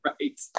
right